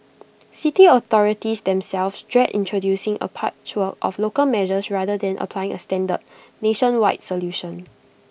city authorities themselves dread introducing A patchwork of local measures rather than applying A standard nationwide solution